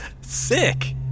Sick